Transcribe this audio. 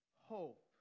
Hope